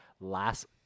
last